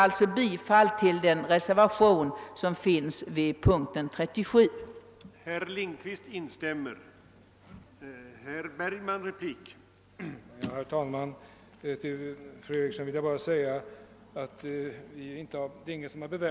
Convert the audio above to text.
Jag yrkar bifall till den reservation som finns fogad vid punkten 37 i statsutskottets förevarande utlåtande.